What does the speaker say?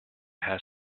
has